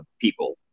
people